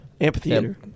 Amphitheater